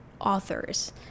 authors